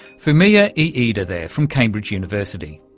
fumiya iida there from cambridge university.